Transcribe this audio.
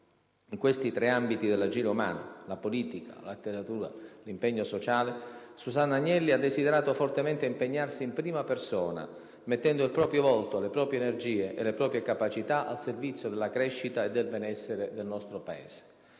In questi tre ambiti dell'agire umano - la politica, la letteratura, l'impegno sociale - Susanna Agnelli ha desiderato fortemente impegnarsi in prima persona, mettendo il proprio volto, le proprie energie e le proprie capacità al servizio della crescita e del benessere del nostro Paese.